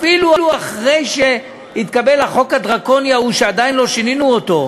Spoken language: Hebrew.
אפילו אחרי שהתקבל החוק הדרקוני ההוא שעדיין לא שינינו אותו,